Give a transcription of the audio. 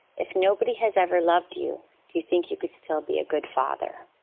if nobody has ever loved you, do you think you could still be a good father?